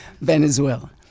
Venezuela